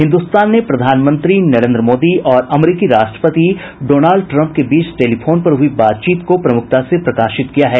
हिन्दुस्तान ने प्रधानमंत्री नरेन्द्र मोदी और अमरिकी राष्ट्रपति डोनाल्ड ट्रंप के बीच टेलीफोन पर हुई बातचीत को प्रमुखता से प्रकाशित किया है